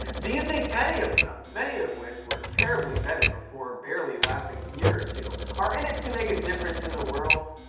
do you think any of them, many of which were terribly vetted before barely lasting a year or two, are in it to make a difference in the world?